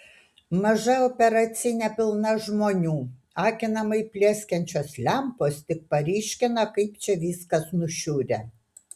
maža operacinė pilna žmonių akinamai plieskiančios lempos tik paryškina kaip čia viskas nušiurę